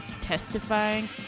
testifying